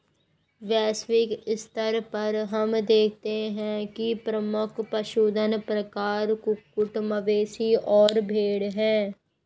वैश्विक स्तर पर हम देखते हैं कि प्रमुख पशुधन प्रकार कुक्कुट, मवेशी और भेड़ हैं